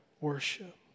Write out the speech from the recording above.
worship